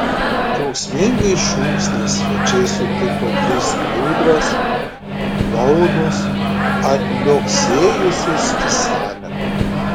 džiaugsmingais šūksniais svečiai sutiko tris ūdras klounus atliuoksėjusius į salę